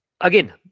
again